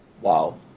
Wow